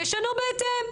תשנו בהתאם.